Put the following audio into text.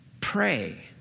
pray